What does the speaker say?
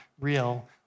real